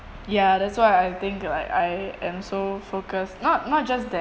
ya that's why I think like I am so focused not not just that